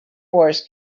wars